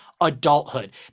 adulthood